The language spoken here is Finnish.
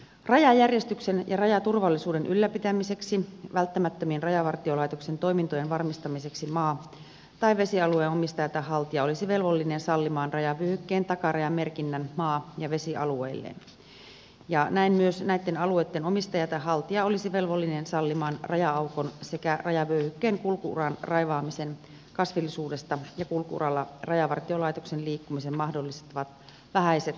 rajajärjestyksen ja rajaturvallisuuden ylläpitämiseksi välttämättömien rajavartiolaitoksen toimintojen varmistamiseksi maa tai vesialueen omistaja tai haltija olisi velvollinen sallimaan rajavyöhykkeen takarajan merkinnän maa ja vesialueilleen ja näin myös näitten alueitten omistaja tai haltija olisi velvollinen sallimaan raja aukon sekä rajavyöhykkeen kulku uran raivaamisen kasvillisuudesta ja kulku uralla rajavartiolaitoksen liikkumisen mahdollistavat vähäiset rakennelmat